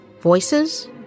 Voices